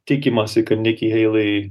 tikimasi kad niki heilei